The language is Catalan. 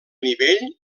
nivell